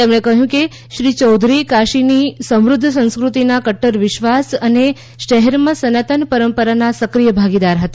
તેમણે કહ્યું કે શ્રી ચૌધરી કાશીની સમૃદ્ધ સંસ્કૃતિના કદર વિશ્વાસ અને શહેરમાં સનાતન પરંપરાના સક્રિય ભાગીદાર હતા